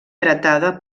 heretada